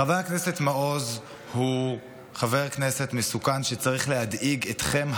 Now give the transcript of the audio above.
חבר הכנסת מעוז הוא חבר כנסת מסוכן שצריך להדאיג אתכם,